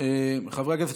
חברי הכנסת